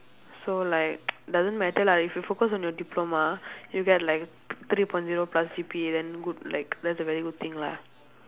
so like doesn't matter lah if you focus on your diploma you get like three point zero plus G_P_A then good like that's a very good thing lah